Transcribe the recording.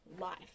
life